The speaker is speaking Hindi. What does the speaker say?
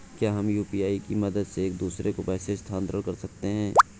क्या हम यू.पी.आई की मदद से एक दूसरे को पैसे स्थानांतरण कर सकते हैं?